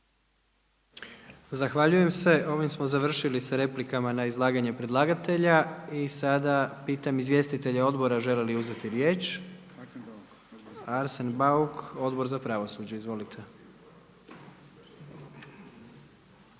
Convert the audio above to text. Zahvaljujem se. Ovim smo završili sa replikama na izlaganje predlagatelja. Sada pitam izvjestitelje odbora žele li uzeti riječ? Arsen Bauk, Odbor za pravosuđe. Izvolite.